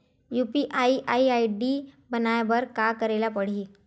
UPI ID बनाये बर का करे ल लगही?